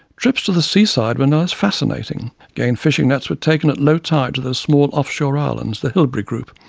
trips to the seaside were no less fascinating. again fishing nets were taken at low tide to those small off-shore islands, the hilbre group,